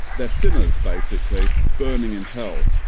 they are sinners basically, burning in hell.